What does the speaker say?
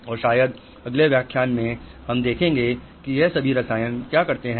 और शायद अगले व्याख्यान में हम देखेंगे कि यह सभी रसायन क्या करते हैं